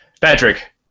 Patrick